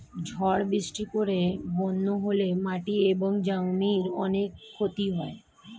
ঝড় বৃষ্টির পরে বন্যা হলে মাটি এবং জমির অনেক ক্ষতি হয়